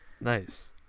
Nice